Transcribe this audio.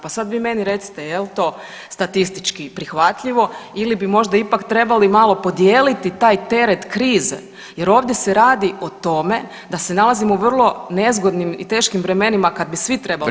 Pa sad vi meni recite jel to statistički prihvatljivo ili bi možda ipak trebali malo podijeliti taj teret krize jer ovdje se radi o tome da se nalazimo u vrlo nezgodnim i teškim vremenima kad bi svi trebali taj teret podijeliti.